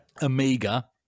amiga